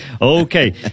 Okay